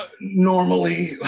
normally